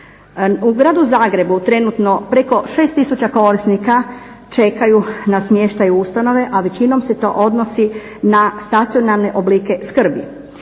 U gradu Zagrebu preko 6 tisuća korisnika čekaju na smještaj u ustanove, a većinom se to odnosi na stacionarne oblike skrbi.